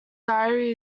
diary